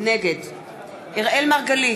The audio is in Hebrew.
נגד אראל מרגלית,